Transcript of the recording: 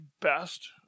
best